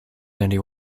handy